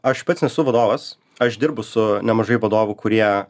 aš pats nesu vadovas aš dirbu su nemažai vadovų kurie